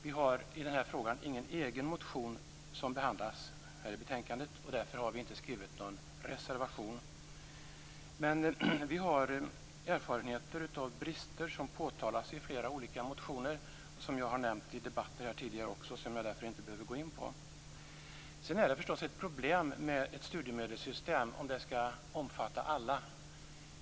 Vi har i den här frågan ingen egen motion som behandlas i betänkandet och därför har vi inte skrivit någon reservation. Men vi har erfarenheter av brister som påtalas i flera olika motioner och som jag har nämnt i debatter här tidigare också. Jag behöver därför inte gå in på dem. Det är förstås ett problem om ett studiemedelssystem skall omfatta alla.